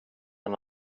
men